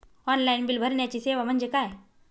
Online bill भरण्याची सेवा म्हणजे काय?